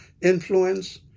influence